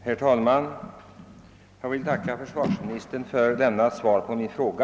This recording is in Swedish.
Herr talman! Jag vill tacka försvarsministern för svaret på min fråga.